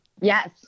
Yes